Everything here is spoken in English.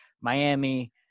Miami